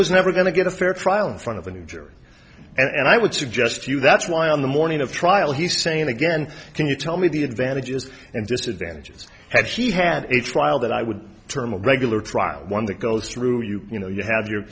was never going to get a fair trial in front of a new jury and i would suggest to you that's why on the morning of trial he's saying again can you tell me the advantages and disadvantages that she had a trial that i would term a regular trial one that goes through you you know you have your